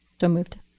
so moved.